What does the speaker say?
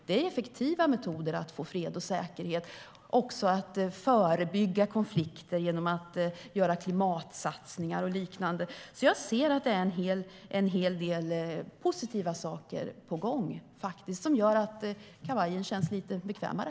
Det är effektiva metoder att få fred och säkerhet. Det handlar även om att förebygga konflikter genom att göra klimatsatsningar och liknande. Jag ser att det är en hel del positiva saker på gång som gör att kavajen känns lite bekvämare.